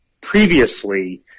previously